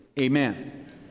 amen